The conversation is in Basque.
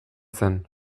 zen